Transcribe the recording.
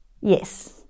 Yes